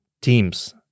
teams